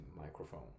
microphone